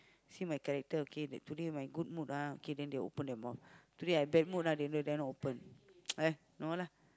see my character okay like today my good mood ah okay then they open their mouth today I bad mood then they dare not open no lah